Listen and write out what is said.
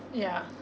ya